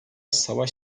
savaş